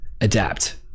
adapt